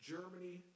Germany